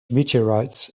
meteorites